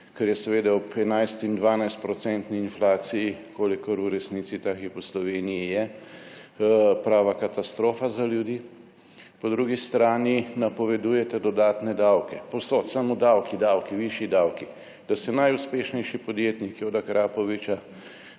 kar je seveda ob 11 in 12 % inflaciji, kolikor v resnici ta hip v Sloveniji je, prava katastrofa za ljudi. Po drugi strani napovedujete dodatne davke. Povsod, samo davki, davki, višji davki, da se najuspešnejši podjetniki od Akrapoviča